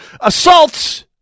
assaults